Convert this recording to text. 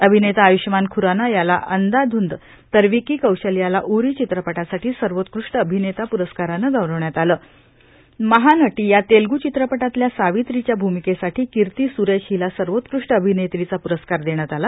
अभिनेता आय्ष्यमान ख्राना याला अप्वाध्व्व तर विकी कौशल याला उरी चित्रपटासाठी सर्वोत्कृष्ट अभिनेता प्रस्कारान गौरवण्यात आल महानटी या तेलगू चित्रपटातल्या सावित्रीच्या भूमिकेसाठी कीर्ती सुरेश हीला सर्वोत्कृष्ट अभिनेत्रीचा प्रस्कार देण्यात आला